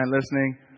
listening